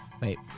Wait